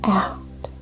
out